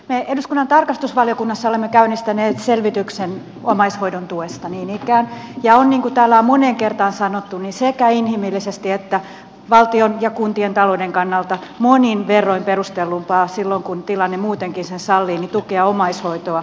me eduskunnan tarkastusvaliokunnassa olemme käynnistäneet selvityksen omaishoidon tuesta niin ikään ja on niin kuin täällä on moneen kertaan sanottu sekä inhimillisesti että valtion ja kuntien talouden kannalta monin verroin perustellumpaa silloin kun tilanne muutenkin sen sallii tukea omaishoitoa kuin laitoshoitoa